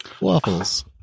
waffles